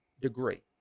degree